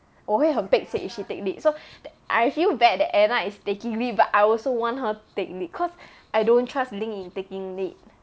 我会很 pek cek if she take lead so I feel bad that anna is taking lead but I also want her to take lead cause I don't trust lin ying taking lead